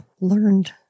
learned